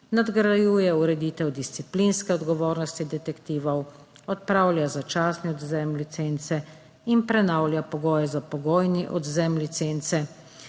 Nadgrajuje ureditev disciplinske odgovornosti detektivov. Odpravlja začasni odvzem licence in prenavlja pogoje za pogojni odvzem licence.